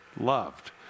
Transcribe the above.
loved